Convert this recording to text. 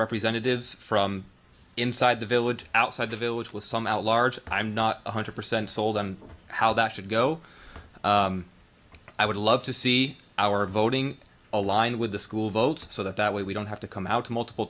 representatives from inside the village outside the village with some at large i'm not one hundred percent sold on how that should go i would love to see our voting align with the school votes so that that way we don't have to come out to multiple